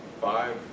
five